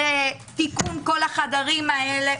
תיקון כל החדרים האלה,